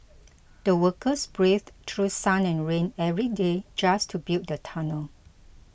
the workers braved through sun and rain every day just to build the tunnel